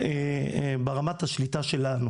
ברמת השליטה שלנו